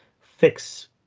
fix